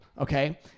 okay